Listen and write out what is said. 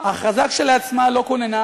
ההכרזה כשלעצמה לא כוננה